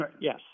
yes